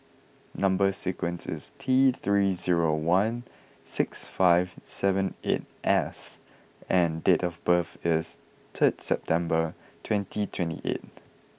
number sequence is T three zero one six five seven eight S and date of birth is third September twenty twenty eight